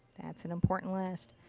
that's an important list.